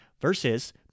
versus